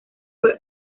fue